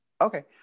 Okay